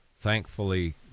Thankfully